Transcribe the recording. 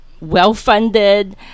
well-funded